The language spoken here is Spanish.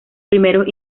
primeros